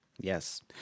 Yes